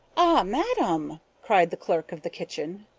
madam, cried the clerk of the kitchen.